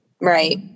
right